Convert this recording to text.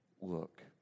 look